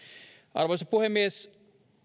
arvoisa puhemies